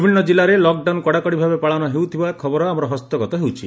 ବିଭିନ୍ କିଲ୍ଲାରେ ଲକ୍ଡାଉନ କଡାକଡି ଭାବେ ପାଳନ ହେଉଥିବା ଖବର ଆମର ହସ୍ତଗତ ହେଉଛି